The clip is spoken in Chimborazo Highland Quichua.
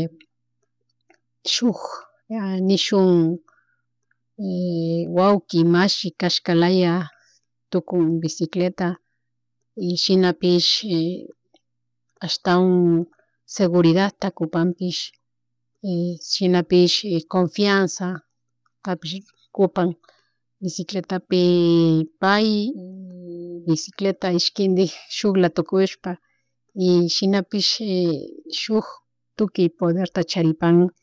shuk nishun wauki, mashi kashkalaya tukun bicicleta y shinapish ashtawana seguridadtapish kupanpish shinapish confianzata kupan bicicletapi pay bicicleta ishkindik shukla tukushpa y shinapish shuk tukuy poderta charipan.